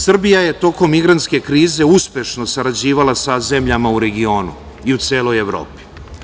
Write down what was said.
Srbija je tokom migrantske krize uspešno sarađivala sa zemljama u regionu i u celoj Evropi.